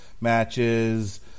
Matches